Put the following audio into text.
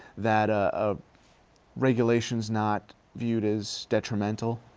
that ah ah regulation's not viewed as detrimental.